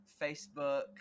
Facebook